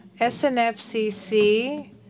SNFCC